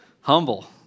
Humble